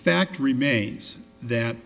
fact remains that